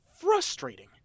frustrating